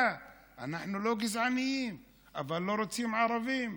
רחמנא ליצלן,)